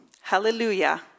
Hallelujah